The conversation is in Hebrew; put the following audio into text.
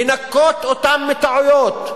לנקות אותם מטעויות.